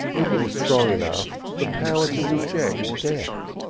if it is strong enough, the power to reject death.